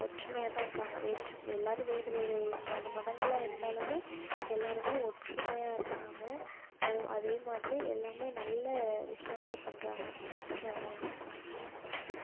ஒற்றுமையாக தான் இருக்காங்க வேற்று எல்லாரும் வேறு வேறு மதம் மதங்களாக இருந்தாலும் எல்லாரும் ஒற்றுமையாக இருக்காங்க அதுவும் அதே மாதிரி எல்லாம் நல்ல விஷயங்களை பண்ணுறாங்க நல்லா பண்ணுறாங்க